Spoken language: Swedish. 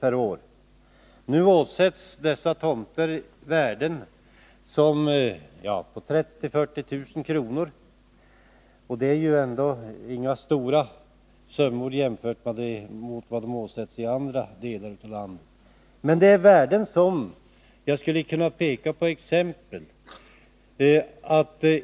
per år. Nu åsätts dessa tomter värden på 30 000-40 000 kr. Det är inga stora summor jämfört med vad liknande tomter åsätts i andra delar av landet. Men jag skulle kunna peka på en rad exempel som visar orimligheten just här.